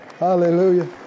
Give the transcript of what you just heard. hallelujah